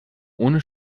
ohne